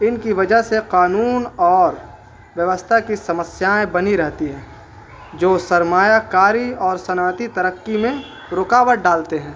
ان کی وجہ سے قانون اور ووستھا کی سمسیاائیں بنی رہتی ہیں جو سرمایہ کاری اور صنعتی ترقی میں رکاوٹ ڈالتے ہیں